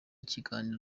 ikiganiro